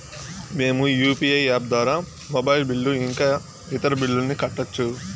మేము UPI app ద్వారా mobile bill ఇంకా ఇతర బిల్లులను కట్టొచ్చు